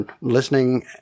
listening